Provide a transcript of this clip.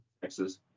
Texas